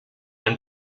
and